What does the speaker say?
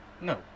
No